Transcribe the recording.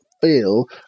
feel